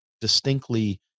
distinctly